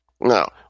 Now